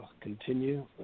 continue